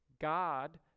God